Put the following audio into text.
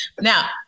Now